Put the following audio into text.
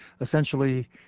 essentially